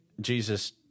Jesus